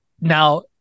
now